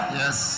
yes